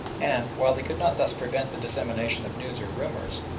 and, while they could not thus prevent the dissemination of news or rumours,